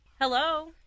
hello